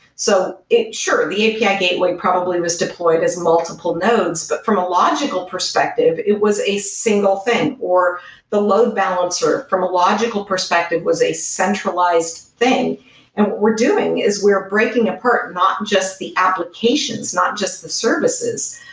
so sure, the api yeah gateway probably was deployed as multiple nodes. but from a logical perspective, it was a single thing, or the load balancer from a logical perspective was a centralized thing. and what we're doing is we're breaking apart not just the applications. not just the services,